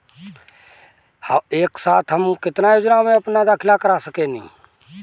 एक साथ हम केतना योजनाओ में अपना दाखिला कर सकेनी?